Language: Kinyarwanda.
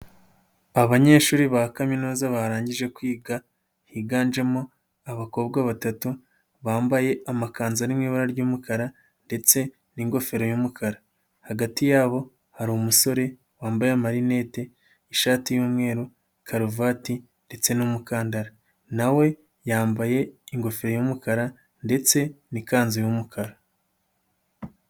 Abanyeshuri ba Kaminuza barangije kwiga higanjemo abakobwa batatu bambaye amakanzu ari mu ibara ry'umukara ndetse n'ingofero y'umukara, hagati yabo hari umusore wambaye amarinete, ishati y'umweru, karuvati ndetse n'umukandara, na we yambaye ingofero y'umukara ndetse n'ikanzu y'umukara.